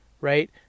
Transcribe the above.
Right